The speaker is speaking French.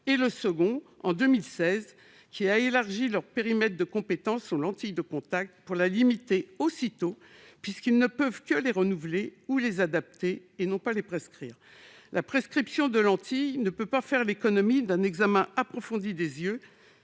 et le second, en 2016, qui a élargi leur périmètre de compétence aux lentilles de contact, pour la limiter aussitôt, puisqu'ils ne peuvent que les renouveler ou les adapter, et non les prescrire. La prescription de lentilles ne peut pas faire l'économie d'un examen approfondi des yeux